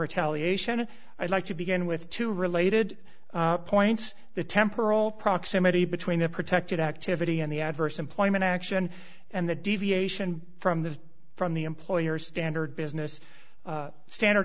retaliation i'd like to begin with two related points the temporal proximity between a protected activity and the adverse employment action and the deviation from the from the employer standard business standard